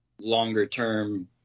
longer-term